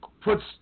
puts